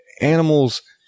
animals